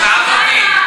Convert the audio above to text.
מציעים.